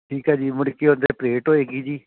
ਠੀਕ ਆ ਜੀ ਮੁੜ ਕੇ ਉੱਧਰ ਪਰੇਡ ਹੋਏਗੀ ਜੀ